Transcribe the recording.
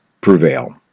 prevail